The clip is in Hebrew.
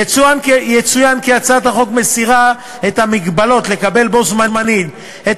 יצוין כי הצעת החוק מסירה את המגבלות לקבל בו-זמנית את